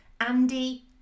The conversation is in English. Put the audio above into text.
Andy